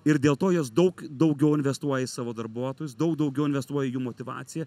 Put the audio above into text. ir dėl to jos daug daugiau investuoja į savo darbuotojus daug daugiau investuoja į jų motyvaciją